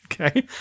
Okay